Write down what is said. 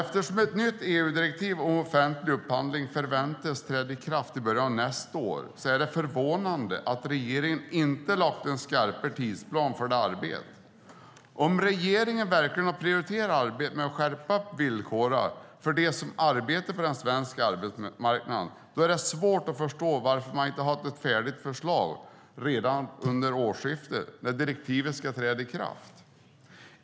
Eftersom ett nytt EU-direktiv om offentlig upphandling förväntas träda i kraft i början av nästa år är det förvånande att regeringen inte har lagt en skarpare tidsplan för det arbetet. Om regeringen verkligen hade prioriterat arbetet med att skärpa villkoren för dem som arbetar på den svenska arbetsmarknaden är det svårt att förstå varför man inte har ett färdigt förslag redan vid årsskiftet, när direktivet ska träda i kraft.